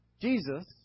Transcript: Jesus